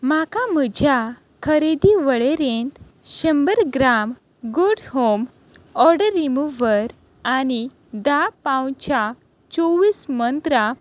म्हाका म्हज्या खरेदी वळेरेंत शंबर gram good home odour remover आनी धा पावचां चोवीस मंत्रां